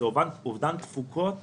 זה אובדן תפוקות